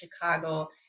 Chicago